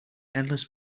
endless